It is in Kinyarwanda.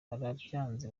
barabyanze